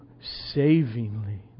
savingly